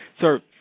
Sir